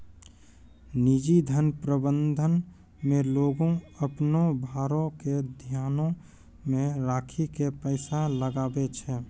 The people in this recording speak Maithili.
निजी धन प्रबंधन मे लोगें अपनो भारो के ध्यानो मे राखि के पैसा लगाबै छै